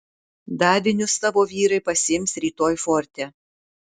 davinius tavo vyrai pasiims rytoj forte